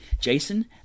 Jason